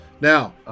Now